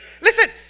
Listen